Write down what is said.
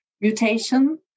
mutation